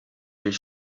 weer